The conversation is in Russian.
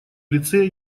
лице